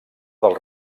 del